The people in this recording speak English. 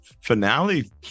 Finale